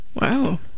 Wow